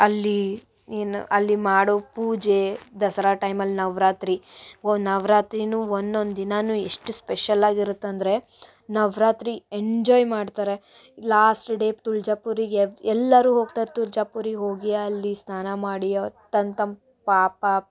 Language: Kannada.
ಅಲ್ಲೀ ಏನು ಅಲ್ಲಿ ಮಾಡೋ ಪೂಜೆ ದಸರಾ ಟೈಮಲ್ಲಿ ನವರಾತ್ರಿ ಓ ನವರಾತ್ರಿನೂ ಒಂದೊಂದು ದಿನಾನು ಎಷ್ಟು ಸ್ಪೆಷಲಾಗಿರುತ್ತಂದರೆ ನವರಾತ್ರಿ ಎಂಜಾಯ್ ಮಾಡ್ತಾರೆ ಲಾಸ್ಟ್ ಡೇ ತುಳ್ಜಪುರಿಗೆ ಎಲ್ಲರು ಹೋಗ್ತಾರೆ ತುರ್ಜಪುರಿಗೆ ಹೋಗಿ ಅಲ್ಲಿ ಸ್ನಾನ ಮಾಡಿ ತನ್ ತಮ್ಮ ಪಾಪ